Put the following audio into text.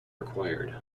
required